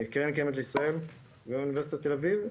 קרן קיימת לישראל ואוניברסיטת תל אביב.